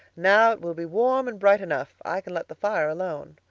now it will be warm and bright enough i can let the fire alone.